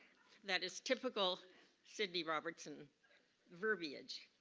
that is typical sydney robertson verbiage.